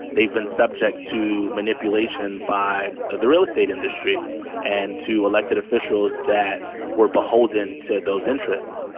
they've been subject to manipulation by the real estate industry and to elected officials that were beholden to those interests.